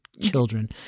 children